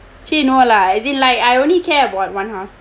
actually no lah as in like I only care about one half